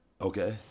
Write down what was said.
Okay